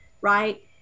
right